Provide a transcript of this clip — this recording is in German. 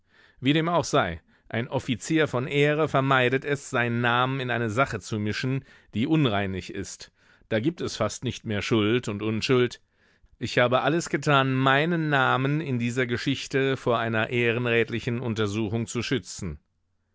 wie dem auch sei ein offizier von ehre vermeidet es seinen namen in eine sache zu mischen die unreinlich ist da gibt es fast nicht mehr schuld und unschuld ich habe alles getan meinen namen in dieser geschichte vor einer ehrenrätlichen untersuchung zu schützen